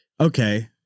Okay